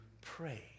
pray